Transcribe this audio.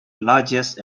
largest